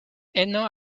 eno